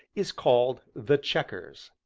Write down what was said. is called the chequers.